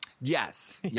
Yes